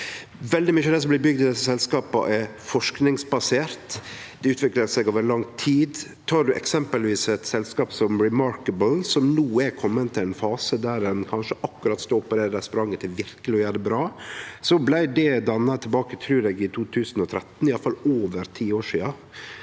Veldig mykje av det som blir bygd i desse selskapa, er forskingsbasert. Dei utviklar seg over lang tid. Ta eksempelvis eit selskap som Remarkable, som no er kome til ein fase der ein kanskje akkurat står på spranget til verkeleg å gjere det bra. Det selskapet blei danna tilbake i 2013, trur eg; det er iallfall over ti år sidan.